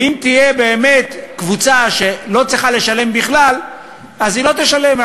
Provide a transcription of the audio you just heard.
ואם תהיה קבוצה שבאמת לא צריכה לשלם בכלל אז היא לא תשלם,